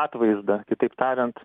atvaizdą kitaip tariant